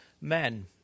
men